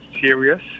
serious